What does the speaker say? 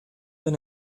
been